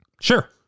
Sure